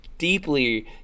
deeply